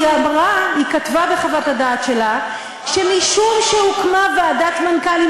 היא כתבה בחוות הדעת שלה שמשום שהוקמה ועדת מנכ"לים,